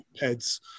heads